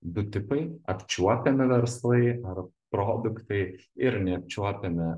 du tipai apčiuopiami verslai ar produktai ir neapčiuopiami